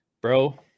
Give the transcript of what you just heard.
Bro